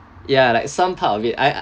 ya like some part of it I